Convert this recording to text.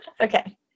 okay